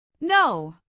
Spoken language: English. No